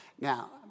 Now